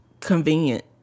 convenient